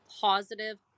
positive